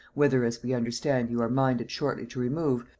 whither, as we understand, you are minded shortly to remove,